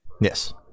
Yes